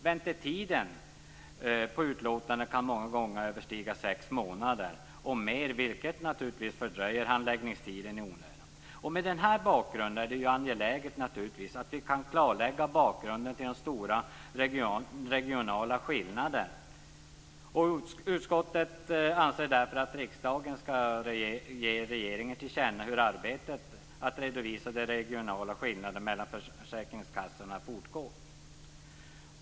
Väntetiden på utlåtanden kan många gånger överstiga sex månader och mer, vilket naturligtvis fördröjer handläggningstiden i onödan. Mot denna bakgrund är det angeläget att klarlägga bakgrunden till de stora regionala skillnaderna. Utskottet anser därför att riksdagen skall ge regeringen till känna hur arbetet med att redovisa de regionala skillnaderna mellan försäkringskassorna fortgår.